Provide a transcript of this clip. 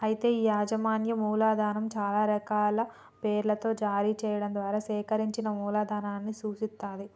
అయితే ఈ యాజమాన్యం మూలధనం చాలా రకాల పేర్లను జారీ చేయడం ద్వారా సేకరించిన మూలధనాన్ని సూచిత్తది